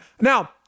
Now